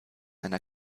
einer